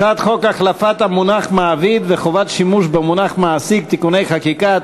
הצעת חוק החלפת המונח מעביד וחובת שימוש במונח מעסיק (תיקוני חקיקה),